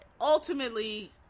ultimately